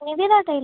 Vennila tie